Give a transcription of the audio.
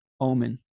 omen